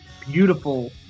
beautiful